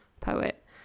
poet